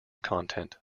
content